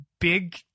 big